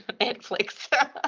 Netflix